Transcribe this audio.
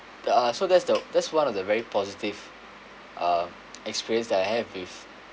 the ah so that's the that's one of the very positive uh experience that I have with